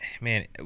Man